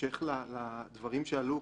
בהמשך לדברים שעלו,